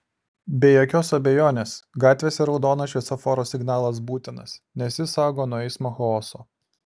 be jokios abejonės gatvėse raudonas šviesoforo signalas būtinas nes jis saugo nuo eismo chaoso